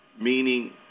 meaning